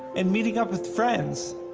and meeting up with friends.